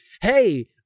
hey